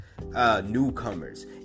Newcomers